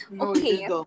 Okay